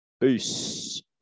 Peace